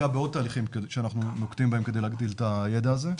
תיכף אני אגע בעוד תהליכים שאנחנו נוקטים בהם כדי להגדיל את הידע הזה.